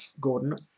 Gordon